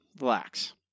relax